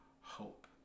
hope